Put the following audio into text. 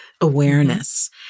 awareness